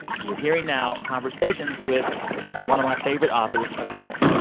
you're hearing now conversations with one of my favorite authors of the year,